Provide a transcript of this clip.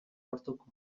lortuko